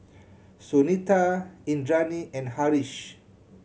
Sunita Indranee and Haresh